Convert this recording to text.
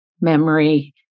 memory